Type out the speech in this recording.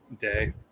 day